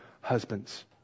husbands